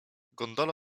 gondola